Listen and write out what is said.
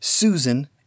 Susan